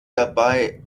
dabei